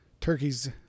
Turkeys